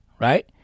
right